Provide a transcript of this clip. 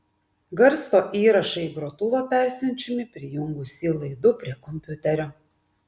garso įrašai į grotuvą persiunčiami prijungus jį laidu prie kompiuterio